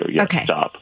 Okay